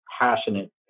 passionate